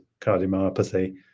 cardiomyopathy